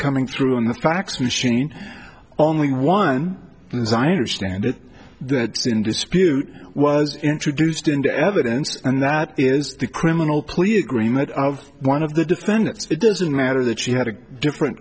coming through in the fax machine only one and as i understand it that's in dispute was introduced into evidence and that is the criminal police agreement of one of the defendants it doesn't matter that she had a different